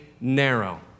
narrow